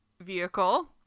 vehicle